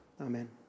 amen